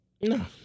No